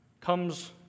comes